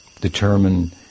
determine